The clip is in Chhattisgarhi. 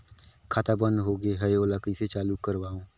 खाता बन्द होगे है ओला कइसे चालू करवाओ?